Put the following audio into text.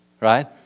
Right